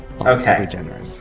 Okay